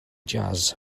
jazz